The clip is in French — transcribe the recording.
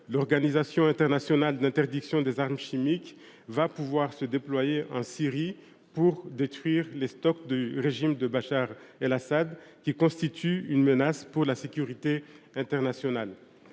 l’Organisation pour l’interdiction des armes chimiques va pouvoir se déployer en Syrie pour détruire les stocks du régime de Bachar el Assad, qui constituent une menace pour la sécurité internationale.